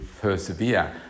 persevere